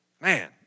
Man